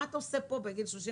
מה אתה עושה פה בגיל 37?